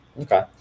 Okay